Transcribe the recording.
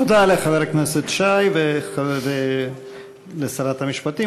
תודה לחבר הכנסת שי ולשרת המשפטים.